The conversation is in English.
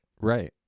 Right